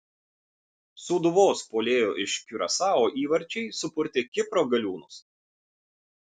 sūduvos puolėjo iš kiurasao įvarčiai supurtė kipro galiūnus